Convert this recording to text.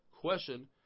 question